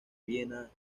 viena